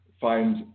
find